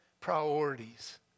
priorities